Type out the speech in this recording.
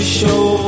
show